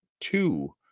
two